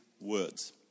words